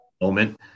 moment